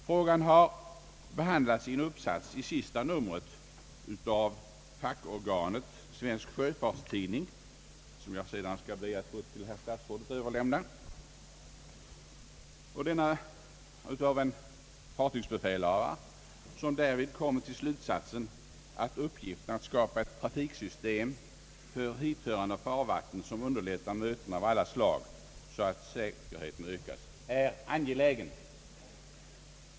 Frågan har även behandlats i en uppsats i senaste numret av fackorganet Svensk Sjöfartstidning — som jag ber att sedan få överlämna till herr statsrådet — av en fartygsbefälhavare, som därvid kommer till den slutsatsen att det är angeläget att för hithörande farvatten skapa ett trafiksystem som ökar säkerheten vid möten av alla slag.